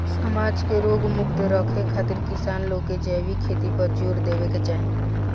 समाज के रोग मुक्त रखे खातिर किसान लोग के जैविक खेती पर जोर देवे के चाही